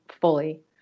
fully